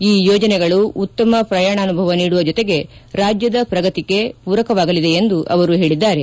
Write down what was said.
ಈ ಯೋಜನೆಗಳು ಉತ್ತಮ ಪ್ರಯಾಣಾನುಭವ ನೀಡುವ ಜೊತೆಗೆ ರಾಜ್ಲದ ಪ್ರಗತಿಗೆ ಪೂರಕವಾಗಲಿದೆ ಎಂದು ಅವರು ಹೇಳಿದ್ದಾರೆ